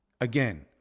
Again